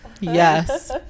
yes